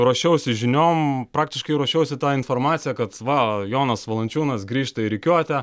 ruošiausi žiniom praktiškai ruošiausi tą informaciją kad va jonas valančiūnas grįžta į rikiuotę